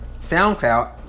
SoundCloud